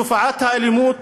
תופעת האלימות